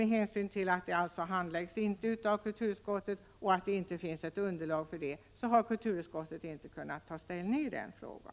Med hänsyn till att frågan inte handläggs av kulturutskottet och att det inte finns något underlag, har kulturutskottet inte kunnat ta ställning till denna fråga.